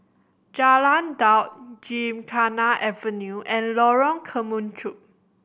Jalan Daud Gymkhana Avenue and Lorong Kemunchup